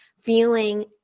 feeling